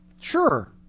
Sure